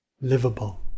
livable